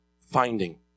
finding